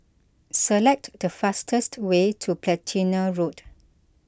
select the fastest way to Platina Road